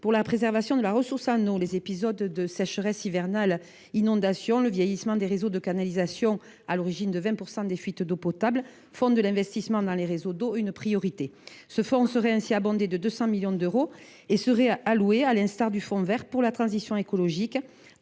pour la préservation de la ressource en eau. Les épisodes de sécheresse hivernale, les inondations, le vieillissement des réseaux de canalisation, à l’origine de 20 % des fuites d’eau potable, font de l’investissement dans les réseaux d’eau une priorité. Ce fonds serait ainsi abondé de 200 millions d’euros et serait consacré, à l’instar du fonds vert, à la transition écologique,